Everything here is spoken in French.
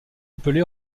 appelé